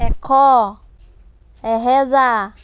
এশ এহেজাৰ